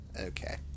Okay